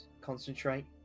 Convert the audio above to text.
concentrate